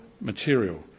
material